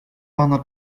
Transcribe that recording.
pana